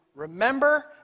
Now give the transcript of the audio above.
Remember